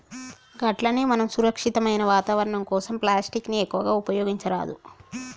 గట్లనే మనం సురక్షితమైన వాతావరణం కోసం ప్లాస్టిక్ ని ఎక్కువగా ఉపయోగించరాదు